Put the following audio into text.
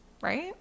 Right